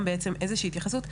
גם איזושהי התייחסות,